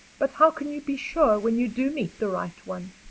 but how can you be sure when you do meet the right one?